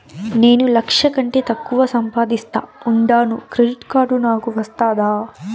నేను లక్ష కంటే తక్కువ సంపాదిస్తా ఉండాను క్రెడిట్ కార్డు నాకు వస్తాదా